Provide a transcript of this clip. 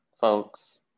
folks